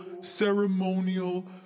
ceremonial